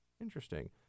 interesting